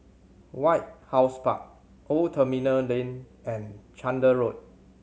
White House Park Old Terminal Lane and Chander Road